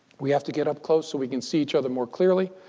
we have to get up close, so we can see each other more clearly.